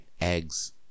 eggs